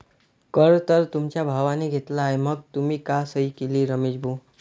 कर तर तुमच्या भावाने घेतला आहे मग तुम्ही का सही केली रमेश भाऊ?